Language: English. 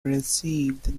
received